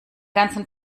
ganzen